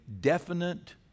Definite